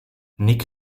nick